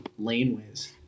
laneways